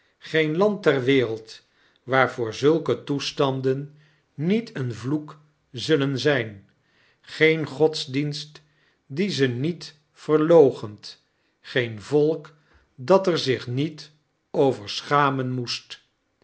geen land ter wereld waarvoor zulke toestanden charles dickens niet een vloek zullen zijn geen godedienst die ze niet verloochent geen volk dat er zich niet over sohaimea moest